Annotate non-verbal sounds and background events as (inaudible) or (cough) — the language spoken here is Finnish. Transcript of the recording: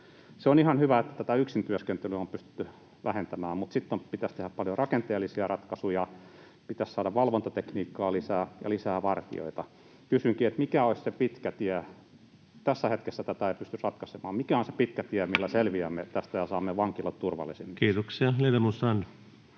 Se on ihan hyvä, että yksin työskentelyä on pystytty vähentämään, mutta pitäisi tehdä paljon rakenteellisia ratkaisuja, pitäisi saada valvontatekniikkaa lisää ja lisää vartijoita. Kysynkin, että mikä olisi se pitkä tie. Tässä hetkessä tätä ei pysty ratkaisemaan. Mikä on se pitkä tie, (noise) millä selviämme tästä ja saamme vankilat turvallisemmiksi? Kiitoksia. — Ledamot Strand.